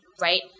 right